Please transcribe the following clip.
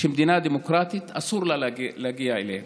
שלמדינה דמוקרטית אסור להגיע אליהם.